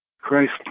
Christ